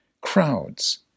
Crowds